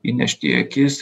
įnešti į akis